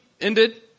ended